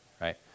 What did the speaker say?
right